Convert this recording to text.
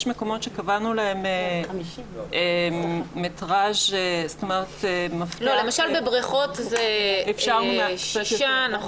יש מקומות שקבענו להם מפתח --- למשל בבריכות זה שישה מ"ר.